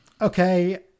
okay